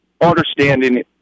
understanding